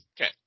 Okay